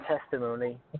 testimony